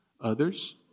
others